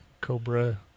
cobra